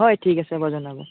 হয় ঠিক আছে বাৰু জনাব